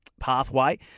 pathway